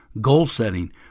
Goal-setting